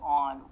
on